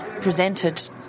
presented